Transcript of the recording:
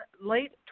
late